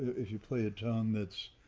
if you play a tongue that's,